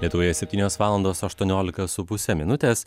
lietuvoje septynios valandos aštuoniolika su puse minutės